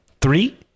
Three